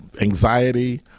anxiety